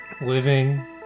living